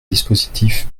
dispositif